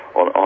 on